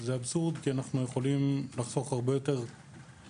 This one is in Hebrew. זה אבסורד כי אנו יכולים לחסוך הרבה יותר בעלויות.